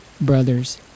Brothers